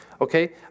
Okay